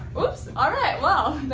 oops! alright well,